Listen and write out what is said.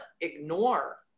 ignore